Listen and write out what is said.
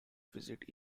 visit